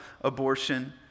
abortion